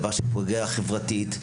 דבר שפוגע חברתית,